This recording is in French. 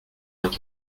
vingt